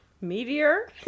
Meteor